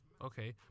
Okay